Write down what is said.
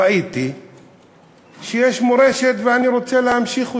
ראיתי שיש מורשת, ואני רוצה להמשיך אותה.